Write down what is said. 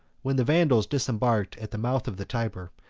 when the vandals disembarked at the mouth of the tyber,